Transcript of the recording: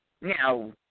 Now